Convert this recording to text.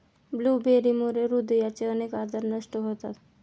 ब्लूबेरीमुळे हृदयाचे अनेक आजार नष्ट होतात